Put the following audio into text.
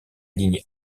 lignée